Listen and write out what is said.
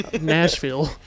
Nashville